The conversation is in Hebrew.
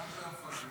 גם של המפקדים.